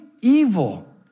evil